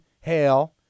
hail